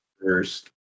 first